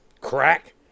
Crack